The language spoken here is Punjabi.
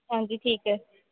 ਹਾਂਜੀ ਠੀਕ ਹੈ